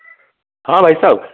हाँ भाई साहब